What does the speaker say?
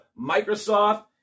Microsoft